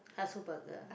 katsu burger